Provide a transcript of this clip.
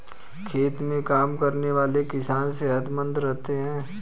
खेत में काम करने वाले किसान सेहतमंद रहते हैं